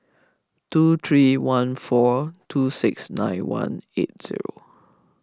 two three one four two six nine one eight zero